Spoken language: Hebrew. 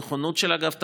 נכונות של אגף תקציבים,